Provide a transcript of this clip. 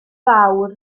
fawr